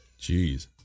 Jeez